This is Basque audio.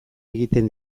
egiten